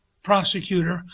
prosecutor